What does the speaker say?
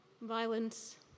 violence